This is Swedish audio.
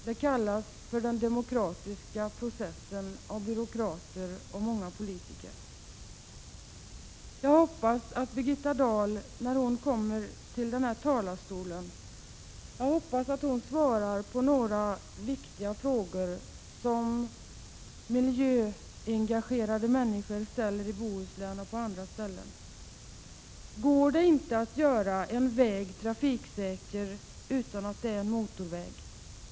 Detta kallas av byråkrater och många politiker för den demokratiska processen. Jag hoppas att Birgitta Dahl när hon kommer till denna kammare svarar på några viktiga frågor från miljöengagerade människor i Bohuslän och på andra ställen. Går det inte att göra en väg trafiksäker utan att det är motorväg?